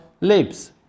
lips